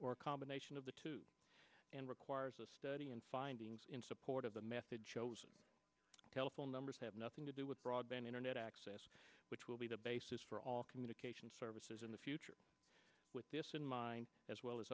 or a combination of the two and requires a study and findings in support of the method chosen telephone numbers have nothing to do with broadband internet access which will be the basis for all communication services in the future with this in mind as well as